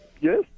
yes